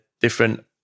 different